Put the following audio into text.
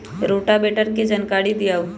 Rotavator के जानकारी दिआउ?